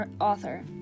author